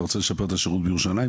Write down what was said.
אתה רוצה לשפר את השירות בירושלים?